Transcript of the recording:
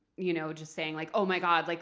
you know just saying, like oh my god, like